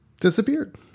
disappeared